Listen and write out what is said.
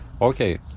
Okay